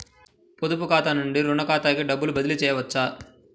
పొదుపు ఖాతా నుండీ, రుణ ఖాతాకి డబ్బు బదిలీ చేయవచ్చా?